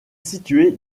située